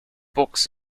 books